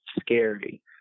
scary